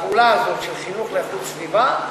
לפעולה הזאת של חינוך לאיכות סביבה,